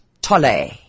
Tolle